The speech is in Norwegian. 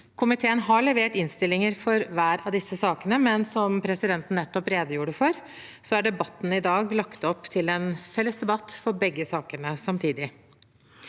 Komiteen har levert innstilling for hver av disse sakene, men som presidenten nettopp redegjorde for, er debatten i dag lagt opp til en felles debatt for begge sakene.